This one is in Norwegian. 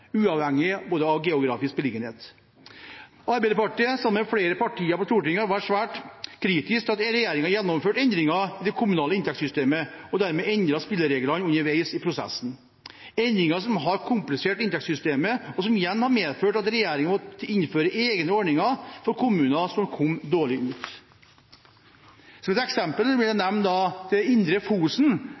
uavhengig av geografisk beliggenhet. Arbeiderpartiet, sammen med flere partier på Stortinget, var svært kritisk til at regjeringen gjennomførte endringer i det kommunale inntektssystemet og dermed endret spillereglene underveis i prosessen – endringer som har komplisert inntektssystemet, og som igjen har medført at regjeringen har måttet innføre egne ordninger for kommuner som kom dårlig ut. Som et eksempel vil jeg nevne Indre Fosen,